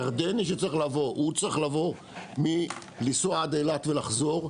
ירדני שצריך לעבור צריך לנסוע עד אילת ולחזור,